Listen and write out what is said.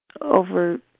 over